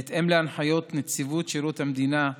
בהתאם להנחיות נציבות שירות המדינה,